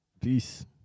Peace